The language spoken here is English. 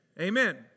Amen